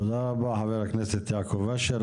תודה רבה, חבר הכנסת יעקב אשר.